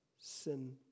sin